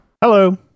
Hello